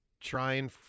trying